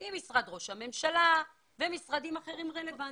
עם משרד ראש הממשלה ומשרדים אחרים רלוונטיים.